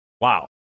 wow